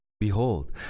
Behold